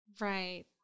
Right